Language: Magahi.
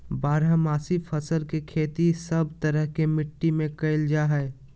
बारहमासी फसल के खेती सब तरह के मिट्टी मे करल जा हय